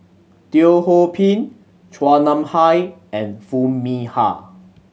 Teo Ho Pin Chua Nam Hai and Foo Mee Har